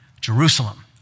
Jerusalem